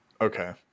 Okay